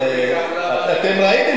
אתם ראיתם